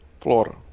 Florida